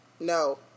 no